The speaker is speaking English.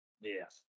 Yes